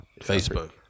Facebook